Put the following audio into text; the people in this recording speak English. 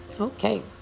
Okay